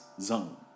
zone